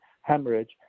hemorrhage